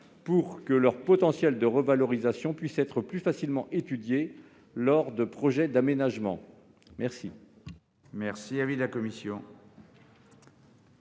pour que leur potentiel de revalorisation puisse être plus facilement étudié lors de projets d'aménagement. Quel